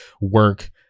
work